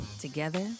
Together